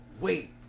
wait